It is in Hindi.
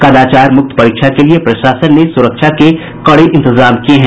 कदाचार मुक्त परीक्षा के लिए प्रशासन ने सुरक्षा के कड़े इंतजाम किये हैं